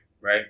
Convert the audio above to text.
Right